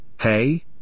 Hey